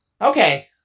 Okay